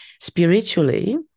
spiritually